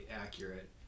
accurate